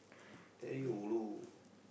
very ulu